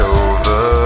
over